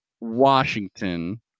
Washington